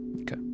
Okay